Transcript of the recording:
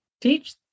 teach